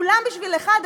כולם בשביל אחד,